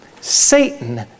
Satan